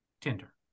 Tinder